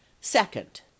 second